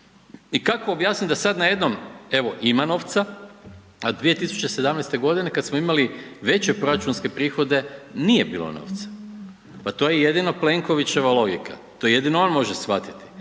i kako objasniti da sad najednom evo, ima novca, a 2017. g. kad smo imali veće proračunske prihode nije bilo novca. Pa to je jedino Plenkovićeva logika. To jedino on može shvatiti.